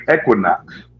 equinox